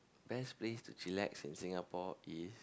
best place to chillax in Singapore is